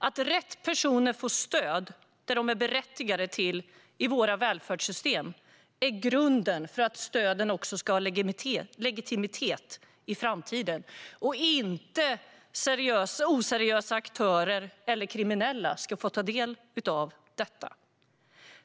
Att rätt personer får det stöd som de är berättigade till i våra välfärdssystem är grunden för att stöden ska ha legitimitet i framtiden. Oseriösa aktörer och kriminella ska inte få ta del av detta.